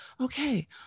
Okay